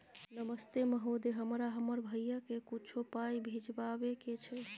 नमस्ते महोदय, हमरा हमर भैया के कुछो पाई भिजवावे के छै?